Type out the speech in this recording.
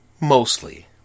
Mostly